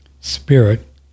spirit